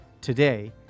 Today